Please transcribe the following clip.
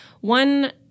one